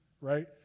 Right